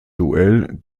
duell